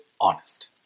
honest